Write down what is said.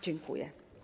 Dziękuję.